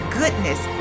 goodness